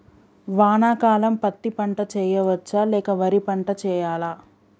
వానాకాలం పత్తి పంట వేయవచ్చ లేక వరి పంట వేయాలా?